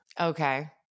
Okay